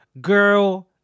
girl